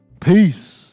Peace